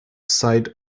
site